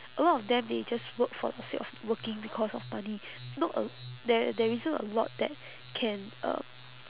a lot of them they just work for the sake of working because of money not a l~ there there isn't a lot that can um